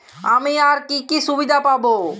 আমি আর কি কি সুবিধা পাব?